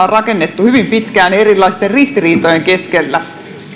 on rakennettu hyvin pitkään erilaisten ristiriitojen keskellä